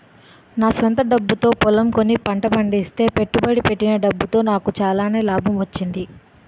నా స్వంత డబ్బుతో పొలం కొని పంట పండిస్తే పెట్టుబడి పెట్టిన డబ్బులో నాకు చాలానే లాభం వచ్చింది